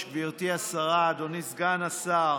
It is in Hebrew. גברתי השרה, אדוני סגן השר,